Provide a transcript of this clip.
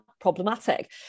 problematic